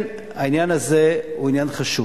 לכן העניין הזה הוא עניין חשוב.